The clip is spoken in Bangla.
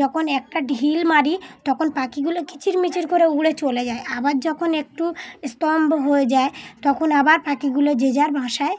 যখন একটা ঢিল মারি তখন পাখিগুলো কিচিরমিচির করে উড়ে চলে যায় আবার যখন একটু স্তম্ভ হয়ে যায় তখন আবার পাখিগুলো যে যার ভাষায়